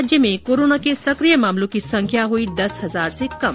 राज्य में कोरोना के सक्रिय मामलों की संख्या हुई दस हजार से कम